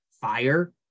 fire